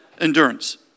Endurance